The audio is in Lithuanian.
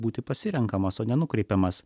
būti pasirenkamas o nenukreipiamas